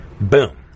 boom